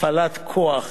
הפעלת כוח